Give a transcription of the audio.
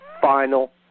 final